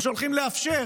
או שהולכים לאפשר